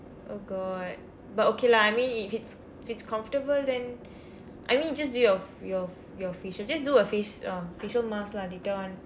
oh god but okay lah I mean if it's if it's comfortable then I mean just do your your your facial just do a face um facial mask lah later on